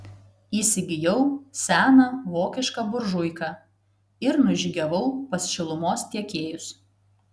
įsigijau seną vokišką buržuiką ir nužygiavau pas šilumos tiekėjus